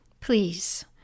Please